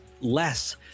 less